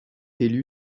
élu